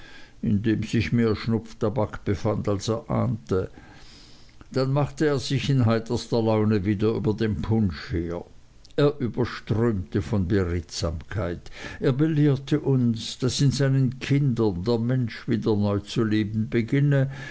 in dem sich mehr schnupftabak befand als er ahnte dann machte er sich in heiterster laune wieder über den punsch her er überströmte von beredsamkeit er belehrte uns daß in seinen kindern der mensch wieder neu zu leben beginne